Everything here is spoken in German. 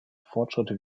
fortschritte